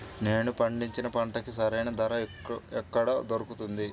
నేను పండించిన పంటకి సరైన ధర ఎక్కడ దొరుకుతుంది?